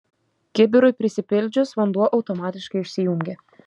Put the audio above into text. kibirui prisipildžius vanduo automatiškai išsijungia